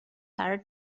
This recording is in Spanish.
car